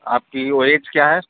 आपकी वह ऐज क्या है